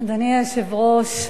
אדוני היושב-ראש,